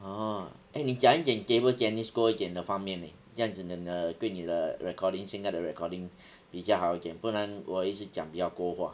orh eh 你讲一点 table tennis 多一点的方面 leh 这样子你的对你的 recording 现在的 recording 比较好一点不然我一直讲比较多话